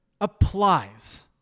applies